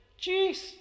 Jeez